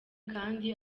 kandi